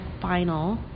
final